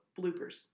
Bloopers